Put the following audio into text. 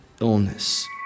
illness